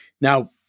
Now